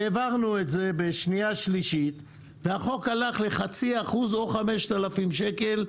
העברנו את זה בשנייה ושלישית והחוק הלך לחצי אחוז או 5,000 שקל,